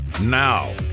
Now